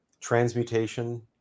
Transmutation